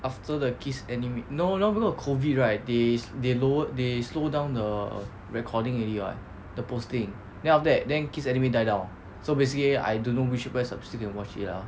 after the kiss anime no now because of COVID right they they lowered they slow down the recording already [what] the posting then after that then kiss anime die down so basically I don't know which website can still watch it lah